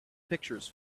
pictures